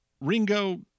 Ringo